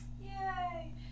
Yay